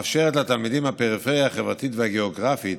התוכנית נועדה לתלמידים מהפריפריה החברתית והגיאוגרפית